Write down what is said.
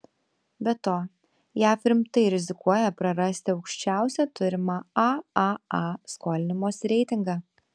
be to jav rimtai rizikuoja prarasti aukščiausią turimą aaa skolinimosi reitingą